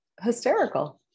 hysterical